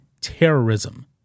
terrorism